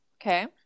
Okay